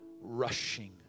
rushing